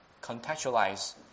contextualize